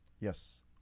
Yes